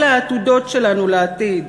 אלה העתודות שלנו לעתיד.